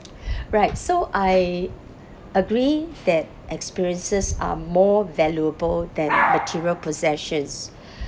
right so I agree that experiences are more valuable than material possessions